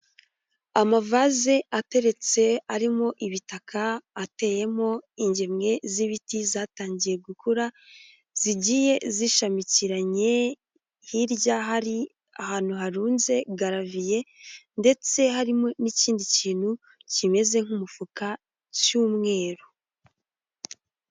Amavaze ateretse arimo ibitaka ateyemo ingemwe z'ibiti zatangiye gukura, zigiye zishamikiranye hirya hari ahantu harunze garaviye ndetse harimo n'ikindi kintu kimeze nk'umufuka cy'umweru.